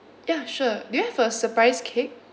ya sure do you have a surprise cake